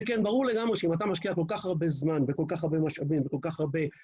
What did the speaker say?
כן, ברור לגמרי שאם אתה משקיע כל כך הרבה זמן וכל כך הרבה משאבים וכל כך הרבה...